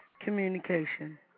Communication